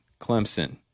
Clemson